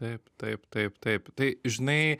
taip taip taip taip tai žinai